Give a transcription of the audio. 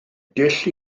dull